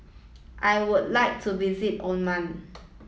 I would like to visit Oman